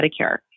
Medicare